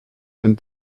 and